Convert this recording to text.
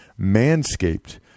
Manscaped